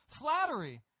Flattery